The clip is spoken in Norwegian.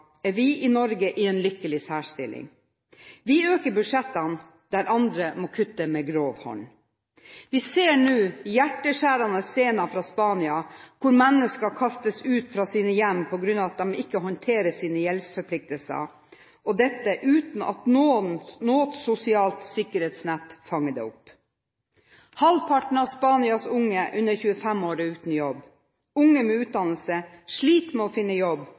er vi i Norge i en lykkelig særstilling. Vi øker budsjettene der andre må kutte med grov hånd. Vi ser nå hjerteskjærende scener fra Spania, hvor mennesker kastes ut fra sine hjem på grunn av at de ikke håndterer sine gjeldsforpliktelser, og dette uten at noe sosialt sikkerhetsnett fanger dem opp. Halvparten av Spanias unge under 25 år er uten jobb. Unge med utdannelse sliter med å finne jobb